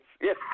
yes